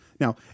Now